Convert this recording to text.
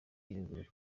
yiregura